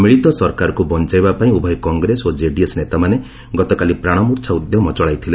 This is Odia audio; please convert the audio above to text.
ମିଳିତ ସରକାରକୁ ବଞ୍ଚାଇବା ପାଇଁ ଉଭୟ କଂଗ୍ରେସ ଓ କେଡିଏସ୍ ନେତାମାନେ ଗତକାଲି ପ୍ରାଣମୂର୍ଚ୍ଛା ଉଦ୍ୟମ ଚଳାଇଥିଲେ